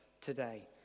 today